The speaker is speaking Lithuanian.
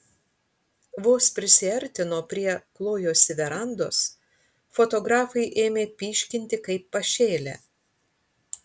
vos prisiartino prie klojosi verandos fotografai ėmė pyškinti kaip pašėlę